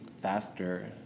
faster